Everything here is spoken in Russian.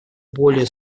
более